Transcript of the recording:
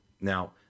Now